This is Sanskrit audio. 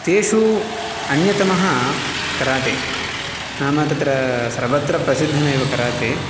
तेषु अन्यतमः कराते नाम तत्र सर्वत्र प्रसिद्धमेव कराते